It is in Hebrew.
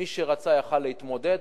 מי שרצה יכול היה להתמודד,